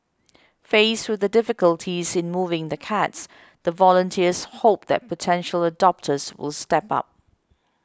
faced with the difficulties in moving the cats the volunteers hope that potential adopters will step up